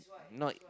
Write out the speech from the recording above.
not